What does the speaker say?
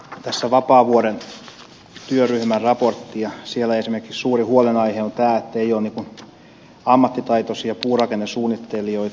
tässä on vapaavuoren työryhmän raportti ja siellä esimerkiksi suuri huolenaihe on tämä ettei ole ammattitaitoisia puurakennesuunnittelijoita